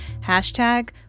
Hashtag